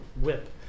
whip